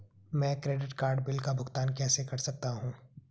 मैं credit card bill का भुगतान कैसे कर सकता हूं?